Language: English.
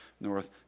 North